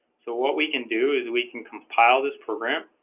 so what we can do is we can compile this program